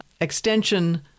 extension